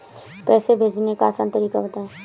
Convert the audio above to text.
पैसे भेजने का आसान तरीका बताए?